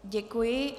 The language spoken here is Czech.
Děkuji.